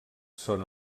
són